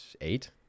Eight